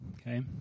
okay